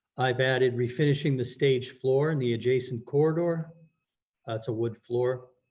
i've added refinishing the stage floor and the adjacent corridor to wood floor.